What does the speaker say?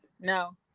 No